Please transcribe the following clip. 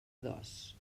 dos